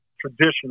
tradition